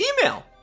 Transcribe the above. email